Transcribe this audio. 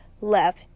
left